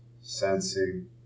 sensing